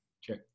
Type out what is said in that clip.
Sure